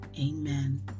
amen